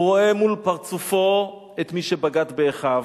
הוא רואה מול פרצופו את מי שבגד באחיו,